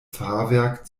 fahrwerk